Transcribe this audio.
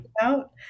out